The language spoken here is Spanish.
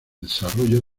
desarrollo